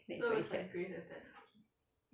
that is very sad